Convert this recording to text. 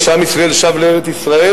כשעם ישראל שב לארץ-ישראל,